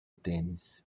tênis